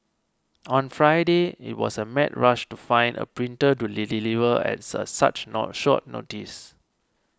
on Friday it was a mad rush to find a printer to the deliver as a such not short notice